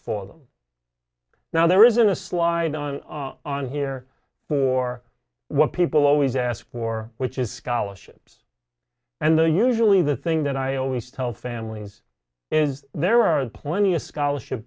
for them now there isn't a slide on on here for what people always ask for which is scholarships and the usually the thing that i always tell families is there are plenty of scholarship